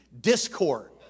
Discord